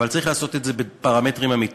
אבל צריך לעשות את זה בפרמטרים אמיתיים,